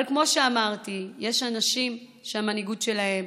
אבל, כמו שאמרתי, יש אנשים שהמנהיגות שלהם